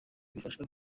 bifasha